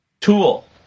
tool